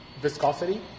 viscosity